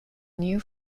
new